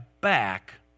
back